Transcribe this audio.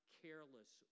careless